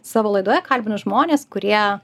savo laidoje kalbinu žmones kurie